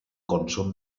consum